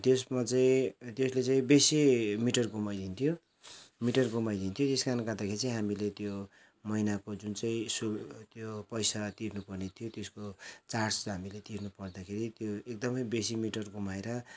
त्यसमा चाहिँ त्यसले चाहिँ बेसी मिटर घुमाइदिन्थ्यो मिटर घुमाइदिन्थ्यो त्यस कारणले गर्दाखेरि चाहिँ हामीले त्यो महिनाको जुन चाहिँ सु त्यो पैसा तिर्नु पर्ने थियो त्यसको चार्ज हामीले तिर्नु पर्दाखेरि त्यो एकदमै बेसी मिटर घुमाएर